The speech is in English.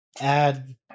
Add